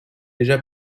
déjà